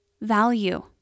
value